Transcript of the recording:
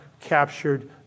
Captured